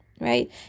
right